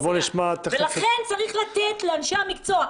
בואו נשמע ---- לכן צריך לתת לאנשי המקצוע.